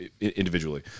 individually